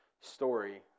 story